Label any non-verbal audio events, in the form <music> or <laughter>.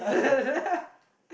<laughs>